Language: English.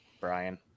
Brian